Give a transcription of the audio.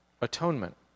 atonement